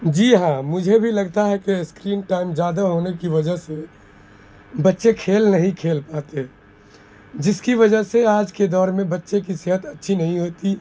جی ہاں مجھے بھی لگتا ہے کہ اسکرین ٹائم زیادہ ہونے کی وجہ سے بچے کھیل نہیں کھیل پاتے جس کی وجہ سے آج کے دور میں بچے کی صحت اچھی نہیں ہوتی